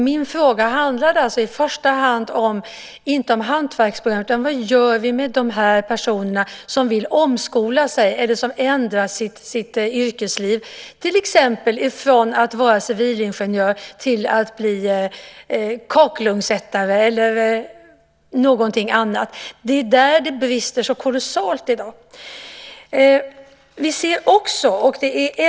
Min fråga handlade i första hand inte om hantverksprogrammen utan om vad vi ska göra med de personer som vill omskola sig eller som ändrar sitt yrkesliv, till exempel från att vara civilingenjör till att bli kakelugnssättare eller någonting annat. Det är där det brister så kolossalt i dag.